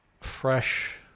Fresh